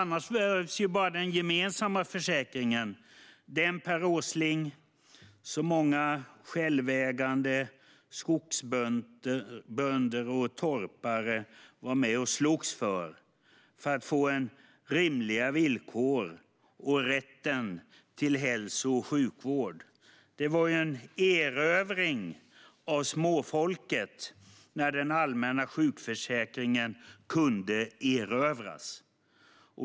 Då behövs bara den gemensamma försäkringen, alltså den försäkring, Per Åsling, som många självägande skogsbönder och torpare var med och slogs för, för att de skulle få rimliga villkor och rätten till hälso och sjukvård. Det var en erövring av småfolket när den allmänna sjukförsäkringen kunde införas.